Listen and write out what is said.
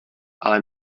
ale